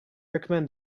recommend